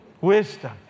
Wisdom